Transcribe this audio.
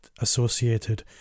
associated